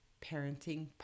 Parenting